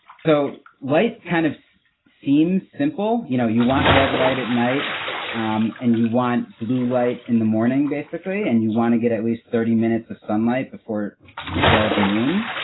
so, light kind of seems simple. you know, you want red light at night um and you want blue light in the morning, basically, and you want to get at least thirty minutes of sunlight before zero noon.